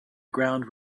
ground